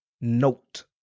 note